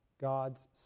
God's